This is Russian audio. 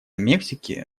мексики